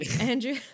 Andrew